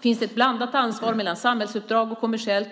Finns det ett blandat ansvar mellan samhällsuppdrag och kommersiellt,